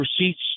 receipts